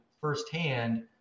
firsthand